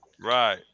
Right